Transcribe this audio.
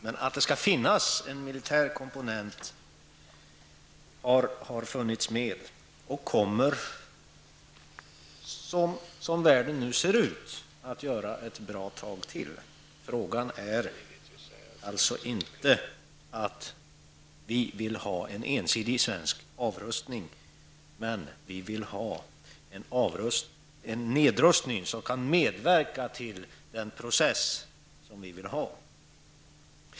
Men att det skall vara en militär komponent har funnits med och kommer, som världen nu ser ut, att finnas med ett bra tag till. Vi vill alltså inte ha en ensidig svensk avrustning, men vi vill ha en nedrustning som kan medverka till den process som vi önskar.